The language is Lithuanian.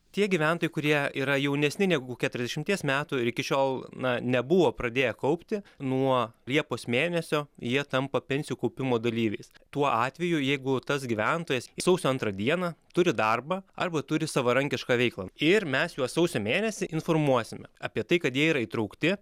tie gyventojai kurie yra jaunesni negu keturiasdešimties metų ir iki šiol na nebuvo pradėję kaupti nuo liepos mėnesio jie tampa pensijų kaupimo dalyviais tuo atveju jeigu tas gyventojas sausio antrą dieną turi darbą arba turi savarankišką veiklą ir mes juos sausio mėnesį informuosime apie tai kad jie yra įtraukti